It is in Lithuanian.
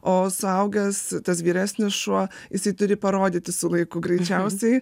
o suaugęs tas vyresnis šuo jisai turi parodyti su laiku greičiausiai